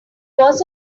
was